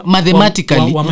Mathematically